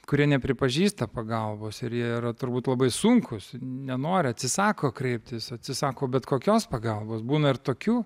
kurie nepripažįsta pagalbos ir jie turbūt labai sunkus nenori atsisako kreiptis atsisako bet kokios pagalbos būna ir tokių